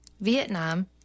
Vietnam